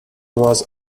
was